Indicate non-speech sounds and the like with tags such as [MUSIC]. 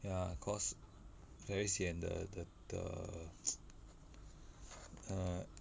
ya cause very sian the the the [NOISE] err